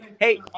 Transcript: hey